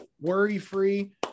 worry-free